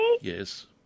Yes